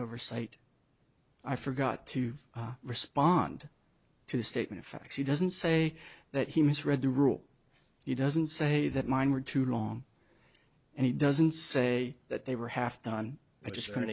oversight i forgot to respond to the statement of fact he doesn't say that he misread the rule he doesn't say that mine were too long and he doesn't say that they were half done i just